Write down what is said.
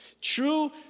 True